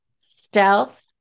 stealth